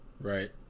Right